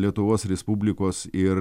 lietuvos respublikos ir